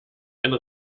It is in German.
eine